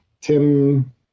Tim